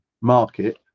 market